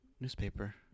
newspaper